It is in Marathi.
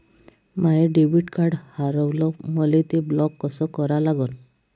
माय डेबिट कार्ड हारवलं, मले ते ब्लॉक कस करा लागन?